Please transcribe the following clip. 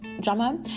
drama